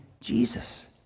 Jesus